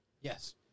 Yes